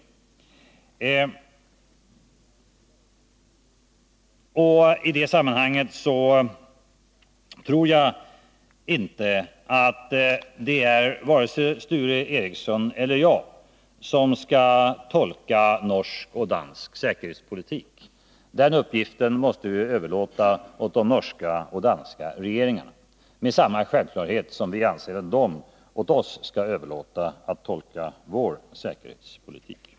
Jag tror inte att vare sig Sture Ericson eller jag skall tolka norsk och dansk säkerhetspolitik. Den uppgiften måste vi överlåta åt de norska och danska regeringarna. Det är lika självklart som att de enligt vår åsikt skall överlåta åt oss att tolka vår säkerhetspolitik.